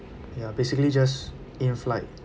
ya basically just in flight